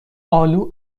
آلو